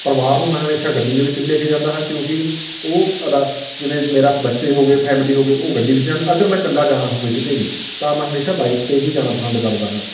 ਪਰਿਵਾਰ ਨੂੰ ਮੈਂ ਹਮੇਸ਼ਾ ਗੱਡੀ ਦੇ ਵਿੱਚ ਹੀ ਲੈ ਕੇ ਜਾਂਦਾ ਹਾਂ ਕਿਉਂਕਿ ਉਹ ਜਿਵੇਂ ਮੇਰਾ ਬੱਚੇ ਹੋ ਗਏ ਫੈਮਲੀ ਹੋ ਗਏ ਉਹ ਗੱਡੀ ਵਿਚ ਜਾਂਦੇ ਅਗਰ ਮੈਂ ਇਕੱਲਾ ਜਾਣਾ ਹੋਵੇ ਕਿਤੇ ਵੀ ਤਾਂ ਮੈਂ ਹਮੇਸ਼ਾ ਬਾਈਕ 'ਤੇ ਹੀ ਜਾਣਾ ਪਸੰਦ ਕਰਦਾ ਹਾਂ